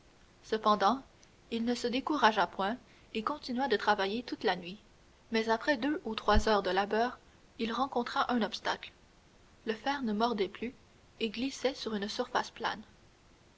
cependant il ne se découragea point et continua de travailler toute la nuit mais après deux ou trois heures de labeur il rencontra un obstacle le fer ne mordait plus et glissait sur une surface plane